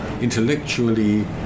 intellectually